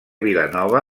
vilanova